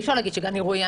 אי-אפשר להגיד שגן אירועים,